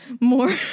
more